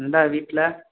இந்தா வீட்டில்